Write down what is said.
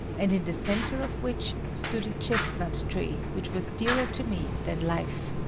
and in the centre of which stood a chestnut tree which was dearer to me than life.